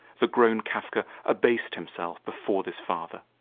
the grown kafka abased himself before this father.